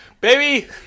baby